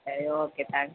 சரி okay thanks madam